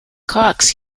cox